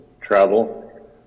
travel